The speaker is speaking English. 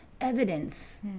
evidence